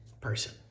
person